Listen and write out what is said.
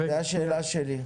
זו השאלה שלי.